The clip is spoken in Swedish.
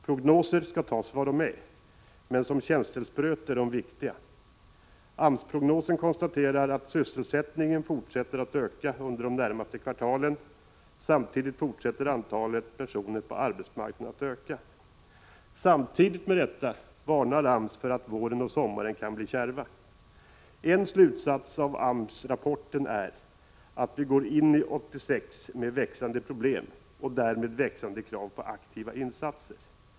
Prognoser skall tas för vad de är, men som känselspröt är de viktiga. AMS-prognosen konstaterar att ”sysselsättningen fortsätter att öka under de närmaste kvartalen, samtidigt fortsätter antalet personer på arbetsmarknaden att öka”. Samtidigt varnar AMS för att våren och sommaren kan bli kärva. En slutsats av AMS-rapporten är att vi går in i 1986 med växande problem och därmed växande krav på aktiva insatser.